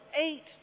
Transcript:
eight